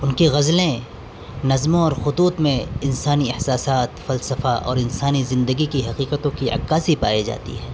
ان کی غزلیں نظموں اور خطوط میں انسانی احساسات فلسفہ اور انسانی زندگی کی حقیقتوں کی عکاسی پائی جاتی ہے